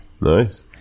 Nice